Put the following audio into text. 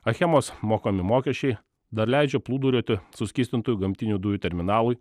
achemos mokami mokesčiai dar leidžia plūduriuoti suskystintų gamtinių dujų terminalui